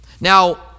Now